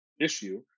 issue